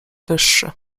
wyższy